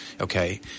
Okay